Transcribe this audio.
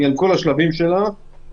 על כל השלבים שלה,